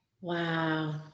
Wow